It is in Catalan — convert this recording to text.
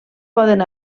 poden